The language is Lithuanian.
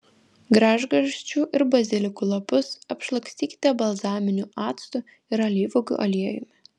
gražgarsčių ir bazilikų lapus apšlakstykite balzaminiu actu ir alyvuogių aliejumi